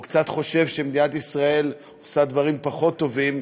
או קצת חושב שמדינת ישראל עושה דברים פחות טובים,